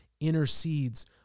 intercedes